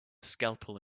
scalpel